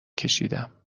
کشیدم